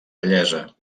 bellesa